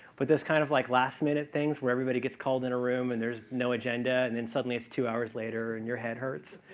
but this kind of like last minute things where everybody gets called in a room and there's no agenda and then suddenly, it's two hours later and you head hurts,